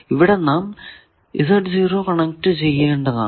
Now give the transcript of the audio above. ഇവിടെ നാം കണക്ട് ചെയ്യേണ്ടതാണ്